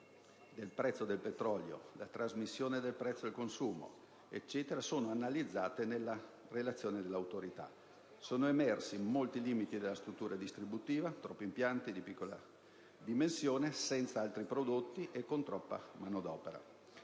del prezzo del petrolio e della successiva trasmissione al prezzo al consumo sono analizzate nella relazione dell'Autorità. Sono emersi i molti limiti della struttura distributiva: troppi impianti, di piccola dimensione, senza altri prodotti, con troppa manodopera.